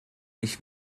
ich